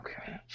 Okay